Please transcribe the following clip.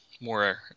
More